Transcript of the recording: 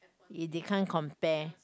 they they can't compare